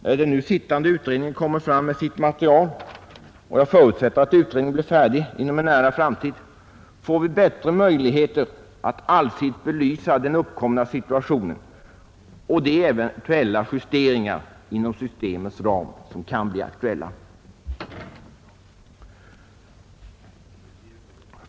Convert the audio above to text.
När den nu sittande utredningen kommer fram med sitt material — och jag förutsätter att utredningen blir färdig inom en nära framtid — får vi bättre möjligheter att allsidigt belysa den uppkomna situationen och de eventuella justeringar inom systemets ram som kan bli aktuella.